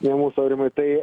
ne mūsų aurimai tai